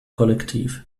kollektiv